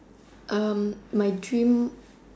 um my dream